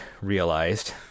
realized